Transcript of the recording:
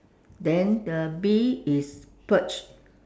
then the bee is perched